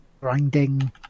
grinding